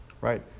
right